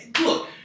look